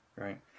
Right